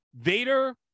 Vader